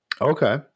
Okay